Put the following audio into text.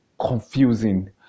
confusing